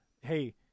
Hey